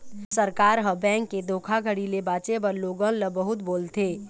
सरकार ह, बेंक के धोखाघड़ी ले बाचे बर लोगन ल बहुत बोलथे